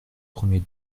premier